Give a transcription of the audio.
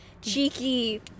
cheeky